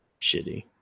shitty